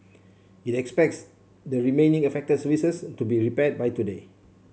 it expects the remaining affected services to be repaired by today